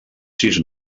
sis